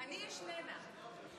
אני יֶשננה.